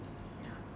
ya